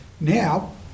now